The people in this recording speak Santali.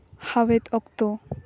ᱦᱟᱣᱮᱫ ᱚᱠᱛᱚ